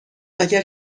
اگر